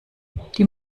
die